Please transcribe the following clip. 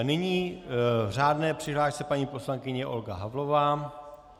Nyní v řádné přihlášce paní poslankyně Olga Havlová.